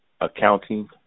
accounting